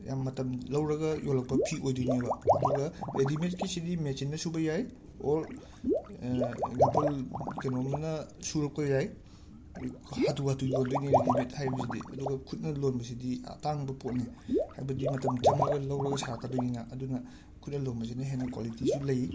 ꯌꯥꯝ ꯃꯇꯝ ꯂꯧꯔꯒ ꯌꯣꯜꯂꯛꯄ ꯐꯤ ꯑꯣꯏꯗꯣꯏꯅꯦꯕ ꯑꯗꯨꯒ ꯔꯦꯗꯤꯃꯦꯠꯀꯤꯁꯤꯗꯤ ꯃꯦꯆꯤꯟꯅ ꯁꯨꯕ ꯌꯥꯏ ꯑꯣꯔ ꯑꯦꯛꯖꯥꯝꯄꯜ ꯀꯩꯅꯣꯝꯃꯅ ꯁꯨꯔꯛꯄ ꯌꯥꯏ ꯍꯥꯊꯨ ꯍꯥꯊꯨ ꯌꯣꯟꯗꯣꯏꯅꯦ ꯔꯤꯗꯤꯃꯦꯠ ꯍꯥꯏꯔꯤꯕꯖꯤꯗꯤ ꯑꯗꯨꯒ ꯈꯨꯠꯅ ꯂꯣꯟꯕꯁꯤꯗꯤ ꯑꯇꯥꯡꯕ ꯄꯣꯠꯅꯦ ꯍꯥꯏꯕꯗꯤ ꯃꯇꯝ ꯆꯪꯉꯒ ꯂꯧꯔꯒ ꯁꯥꯔꯛꯀꯗꯣꯏꯅꯤꯅ ꯑꯗꯨꯅ ꯈꯨꯠꯅ ꯂꯣꯟꯕꯖꯤꯅ ꯍꯦꯟꯅ ꯀ꯭ꯋꯥꯂꯤꯇꯤꯁꯨ ꯂꯩ